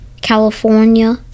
California